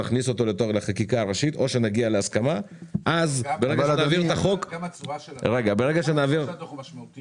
לתוך החקיקה הראשית או שנגיע להסכמה --- גם הצורה של הדוח.